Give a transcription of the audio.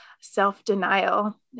self-denial